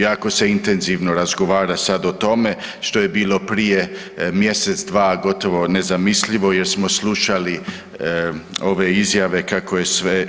Jako se intenzivno razgovara sada o tome što je bilo prije mjesec, dva gotovo nezamislivo jer smo slušali ove izjave